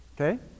Okay